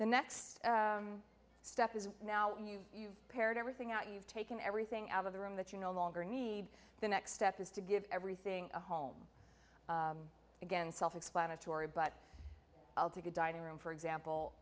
the next step is now pared everything out you've taken everything out of the room that you no longer need the next step is to give everything a home again self explanatory but i'll take a dining room for example